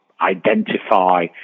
identify